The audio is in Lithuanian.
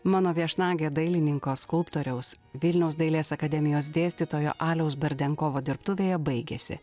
mano viešnagė dailininko skulptoriaus vilniaus dailės akademijos dėstytojo aliaus berdenkovo dirbtuvėje baigėsi